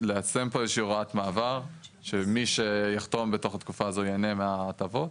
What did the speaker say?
ליישם פה איזושהי הוראת מעבר שמי שיחתום בתוך התקופה הזו ייהנה מההטבות.